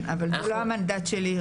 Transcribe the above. כן, אבל זה לא המנדט שלי.